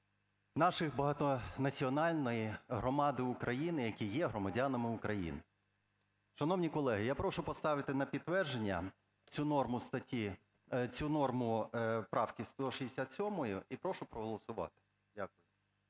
нашої багатонаціональної громади України, які є громадянами України. Шановні колеги, я прошу поставити на підтвердження цю норму статті… цю норму правки 167, і прошу проголосувати. Дякую.